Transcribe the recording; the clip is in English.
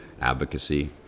advocacy